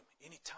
anytime